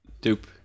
Dupe